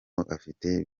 afite